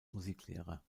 musiklehrer